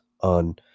on